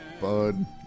bud